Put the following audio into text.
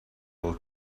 will